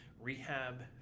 rehab